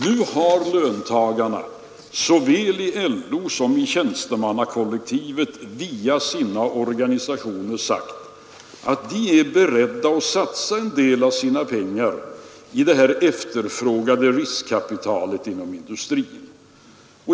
Nu har löntagarna, såväl i LO som i tjänstemannakollektivet, via sina organisationer sagt att de är beredda att satsa en del av sina pengar i detta efterfrågade riskkapital inom industrin.